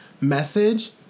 message